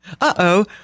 uh-oh